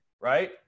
right